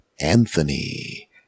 Anthony